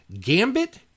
Gambit